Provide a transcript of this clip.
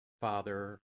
Father